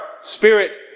spirit